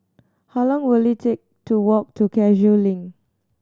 how long will it take to walk to Cashew Link